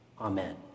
Amen